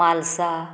Mhalsa